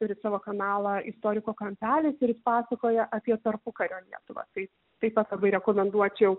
turi savo kanalą istoriko kampelis ir jis pasakoja apie tarpukario lietuvą tai taip pat labai rekomenduočiau